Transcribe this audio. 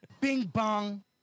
Bing-bong